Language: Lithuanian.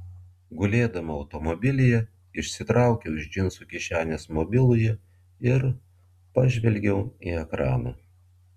gulėdama automobilyje išsitraukiau iš džinsų kišenės mobilųjį ir pažvelgiau į ekraną